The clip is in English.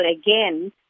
again